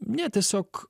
ne tiesiog